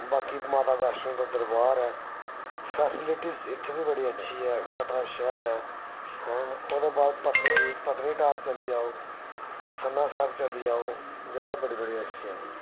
बाकी माता बैश्णो दा दरबार ऐ फैस्लिटीस इत्थै बी बड़ी शैल ऐ कटड़ा शैह्र ऐ ओह्दे बाद पत्नी टॉप चली जाओ सनासर चली जाओ जगह बड़ी बड़ी अच्छियां न